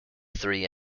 three